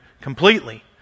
completely